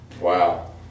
Wow